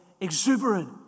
exuberant